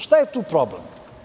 Šta je tu problem?